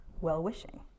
well-wishing